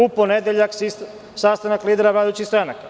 U ponedeljak sastanak lidera vladajućih stranaka.